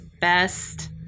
best